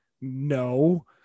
No